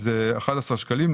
זה 11.66 שקלים.